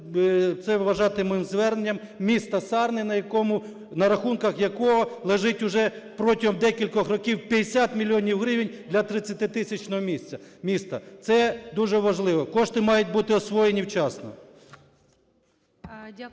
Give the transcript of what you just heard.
це вважати моїм зверненням: місто Сарни, на рахунках якого лежить вже протягом декількох років 50 мільйонів гривень для 30-тисячного міста. Це дуже важливо, кошти мають бути освоєні вчасно.